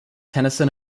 tennyson